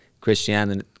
Christianity